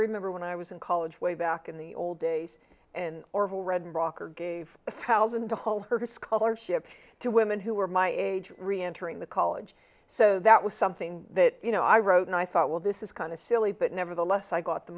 remember when i was in college way back in the old days and orville redenbacher gave a thousand to hold her scholarship to women who were my age re entering the college so that was something that you know i wrote and i thought well this is kind of silly but nevertheless i got the